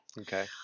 Okay